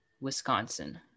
wisconsin